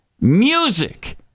music